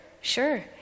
sure